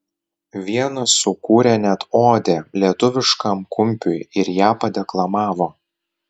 vienas sukūrė net odę lietuviškam kumpiui ir ją padeklamavo